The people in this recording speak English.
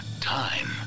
time